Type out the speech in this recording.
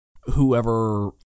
whoever